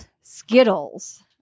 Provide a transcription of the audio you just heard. skittles